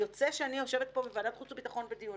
יוצא שאני יושבת פה בוועדת חוץ וביטחון בדיונים,